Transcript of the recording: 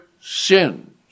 sins